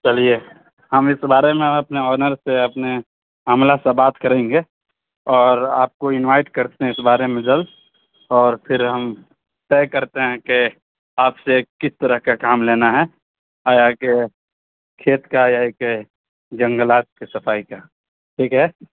چلیے ہم اس بارے میں ہم اپنے آنر سے اپنے عملہ سے بات کریں گے اور آپ کو انوائٹ کرتے ہیں اس بارے میں جلد اور پھر ہم طے کرتے ہیں کہ آپ سے کس طرح کا کام لینا ہیں آیا کہ کھیت کا یا یہ کہ جنگلات کے صفائی کا ٹھیک ہے